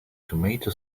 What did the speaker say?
tomato